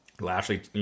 Lashley